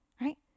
right